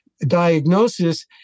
diagnosis